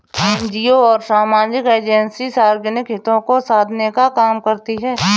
NGO और सामाजिक agency सार्वजनिक हितों को साधने का काम करती हैं